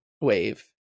wave